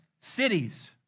cities